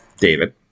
David